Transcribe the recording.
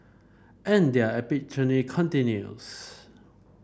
and their epic journey continues